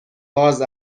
باز